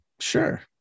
Sure